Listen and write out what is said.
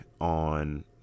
on